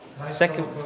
Second